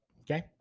okay